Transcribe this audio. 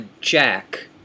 Jack